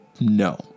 No